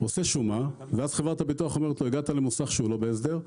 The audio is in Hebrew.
עושה שומה ואז חברת הביטוח אומרת לו: הגעת למוסך שהוא לא בהסדר,